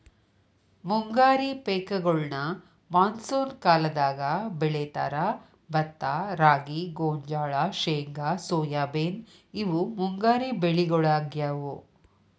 ಮುಂಗಾರಿ ಪೇಕಗೋಳ್ನ ಮಾನ್ಸೂನ್ ಕಾಲದಾಗ ಬೆಳೇತಾರ, ಭತ್ತ ರಾಗಿ, ಗೋಂಜಾಳ, ಶೇಂಗಾ ಸೋಯಾಬೇನ್ ಇವು ಮುಂಗಾರಿ ಬೆಳಿಗೊಳಾಗ್ಯಾವು